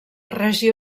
regió